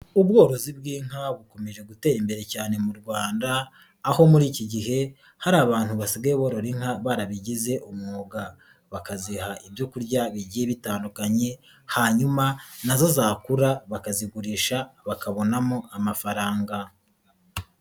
Ubworozi bw'inka bukomeje gutera imbere cyane mu Rwanda, aho muri iki gihe hari abantu basigaye borora inka barabigize umwuga. Bakaziha ibyorya bigiye bitandukanye, hanyuma nazo zakura bakazigurisha, bakabonamo amafaranga.